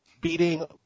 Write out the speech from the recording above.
beating